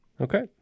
Okay